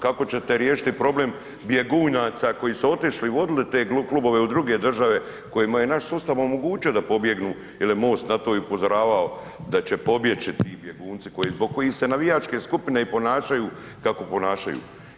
Kako ćete riješiti problem bjegunaca koji su otišli i vodili te klubove u druge države, kojima je naš sustav omogućio da pobjegnu jel je MOST na to i upozoravao da će pobjeći ti bjegunci zbog kojih se navijačke skupine i ponašaju kako ponašaju.